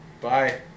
Bye